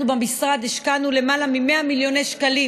אנחנו במשרד השקענו למעלה מ-100 מיליוני שקלים